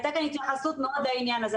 הייתה כאן התייחסות לעניין הזה.